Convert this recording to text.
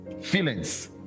feelings